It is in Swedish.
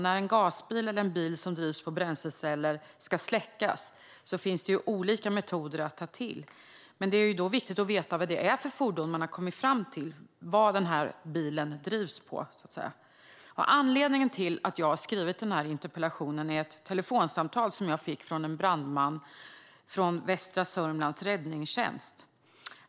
När en gasbil eller en bil som drivs med bränsleceller ska släckas finns det olika metoder att ta till, men det är då viktigt att veta vad det är för slags fordon man har kommit fram till och vad den aktuella bilen drivs med. Anledningen till att jag har skrivit interpellationen är ett telefonsamtal som jag fick från en brandman vid Västra Sörmlands Räddningstjänst.